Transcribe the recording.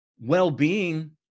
well-being